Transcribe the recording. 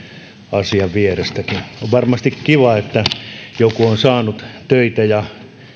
asian vierestäkin on varmasti kiva että joku on saanut töitä ja